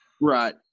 Right